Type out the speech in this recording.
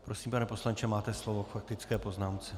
Prosím, pane poslanče, máte slovo k faktické poznámce.